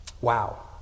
Wow